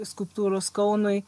skulptūros kaunui